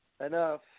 enough